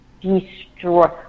Destroy